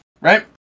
right